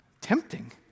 Tempting